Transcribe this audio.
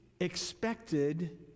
expected